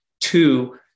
Two